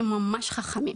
הם ממש חכמים,